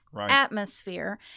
atmosphere